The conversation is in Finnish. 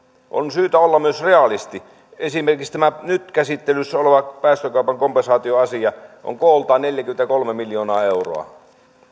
on syytä olla myös realisti esimerkiksi tämä nyt käsittelyssä oleva päästökaupan kompensaatioasia on kooltaan neljäkymmentäkolme miljoonaa euroa